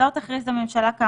חקירה אפידמיולוגית או